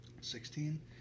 Sixteen